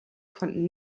konnten